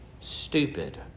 stupid